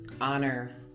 honor